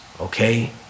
okay